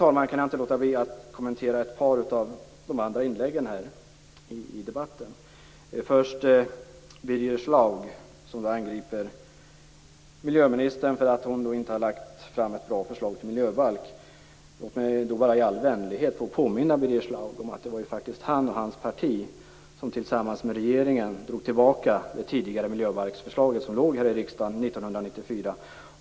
Jag kan inte låta bli att kommentera ett par av de andra inläggen i debatten. Birger Schlaug angriper miljöministern för att hon inte har lagt fram ett bra förslag till miljöbalk. Låt mig då i all vänlighet få påminna Birger Schlaug om att det faktiskt var han och hans parti som tillsammans med regeringen drog tillbaka det tidigare miljöbalksförslaget från riksdagen 1994.